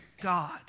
God